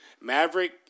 Maverick